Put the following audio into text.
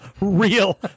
real